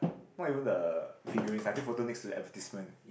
not even the figurines I take photo next to the advertisement